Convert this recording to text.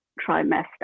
trimester